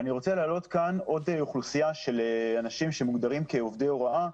אני רוצה להעלות כאן עוד אוכלוסייה של אנשים שמוגדרים כעובדי הוראה,